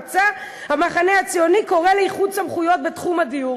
יוקר המחיה והתחרותיות בתחומי הדיור,